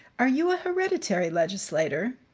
are you a hereditary legislator?